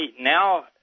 now